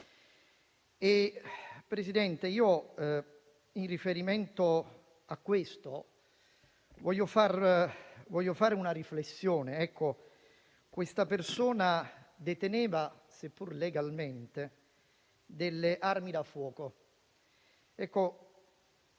Presidente, in riferimento a questo voglio fare una riflessione. Questa persona deteneva, seppur legalmente, delle armi da fuoco.